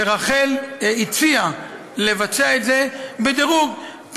רח"ל הציעה לבצע את זה בדירוג,